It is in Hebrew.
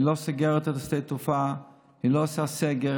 היא לא סוגרת את שדה התעופה, היא לא עושה סגר.